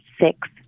six